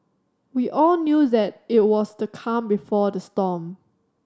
we all knew that it was the calm before the storm